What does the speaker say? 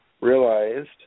realized